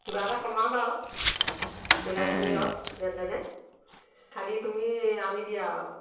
কিবা এটা কমাবা আৰু মিলাই কৰি আৰু যেনে তেনে খালি তুমি আনি দিয়া আৰু